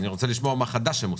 אני רוצה לשמוע מה חדש הם עושים.